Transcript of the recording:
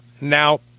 Now